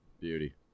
Beauty